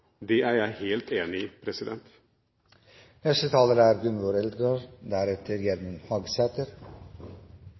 Det er jeg helt enig i. Det er